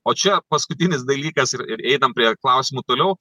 o čia paskutinis dalykas ir ir einam prie klausimų toliau